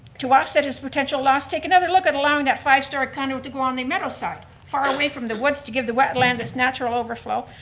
to offset his potential loss, take another look at allowing that five start condo to go on the meadows side, far away from the woods to give the wetland its natural overflow.